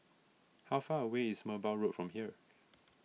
how far away is Merbau Road from here